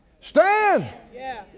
Stand